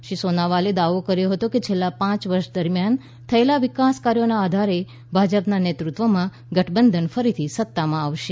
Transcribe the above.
શ્રી સોનોવાલે દાવો કર્યો હતો કે છેલ્લા પાંચ વર્ષ દરમિયાન થયેલા વિકાસ કાર્યોના આધારે ભાજપના નેતૃત્વમાં ગઠબંધન ફરીથી સત્તામાં આવશે